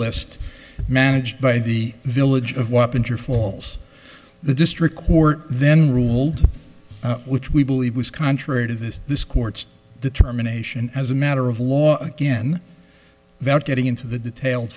list managed by the village of weapons or falls the district court then ruled which we believe was contrary to this this court's determination as a matter of law again that getting into the detailed